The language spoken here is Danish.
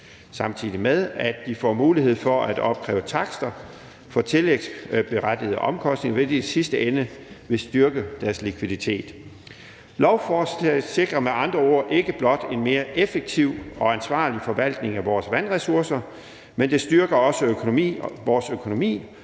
samtidig med at de får mulighed for at opkræve takster for tillægsberettigede omkostninger, hvilket i sidste ende vil styrke deres likviditet. Lovforslaget sikrer med andre ord ikke blot en mere effektiv og ansvarlig forvaltning af vores vandressourcer, men det styrker også vores økonomi